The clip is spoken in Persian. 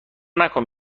نکن